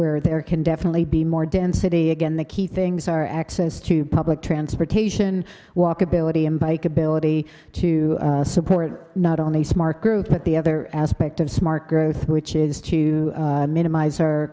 where there can definitely be more density again the key things are access to public transportation walkability and bike ability to support not only a smart group but the other aspect of smart growth which is to minimize o